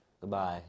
Goodbye